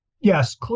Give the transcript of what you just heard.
Yes